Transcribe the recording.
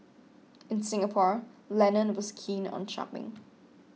in Singapore Lennon was keen on shopping